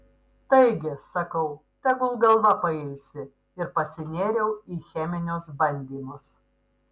taigi sakau tegul galva pailsi ir pasinėriau į cheminius bandymus